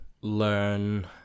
learn